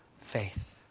faith